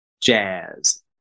jazz